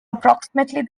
approximately